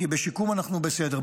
כי בשיקום אנחנו בסדר.